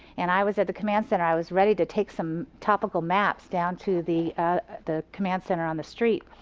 and i was at the command center, i was ready to take some topical maps down to the the command center on the street.